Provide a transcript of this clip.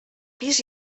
pis